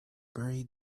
buried